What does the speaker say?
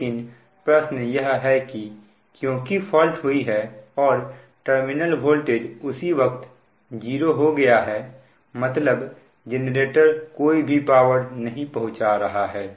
लेकिन प्रश्न यह है कि क्योंकि फॉल्ट हुई है और टर्मिनल वोल्टेज उसी वक्त 0 हो गया है मतलब जेनरेटर कोई भी पावर नहीं पहुंचा रहा है